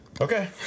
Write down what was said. Okay